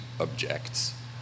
objects